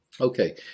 Okay